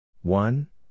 one